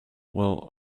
will